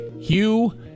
Hugh